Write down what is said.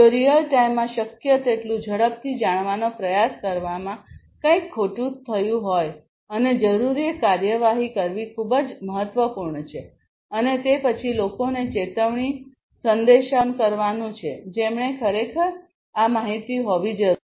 જો રીઅલ ટાઇમમાં શક્ય તેટલું ઝડપથી જાણવાનો પ્રયાસ કરવામાં કંઇક ખોટું થયું હોય અને જરૂરી કાર્યવાહી કરવી ખૂબ જ મહત્વપૂર્ણ છે અને તે પછી લોકોને ચેતવણી સંદેશાઓ ઉત્પન્ન કરવાનું છે જેમણે ખરેખર આ માહિતી હોવી જરૂરી છે